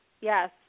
yes